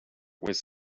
was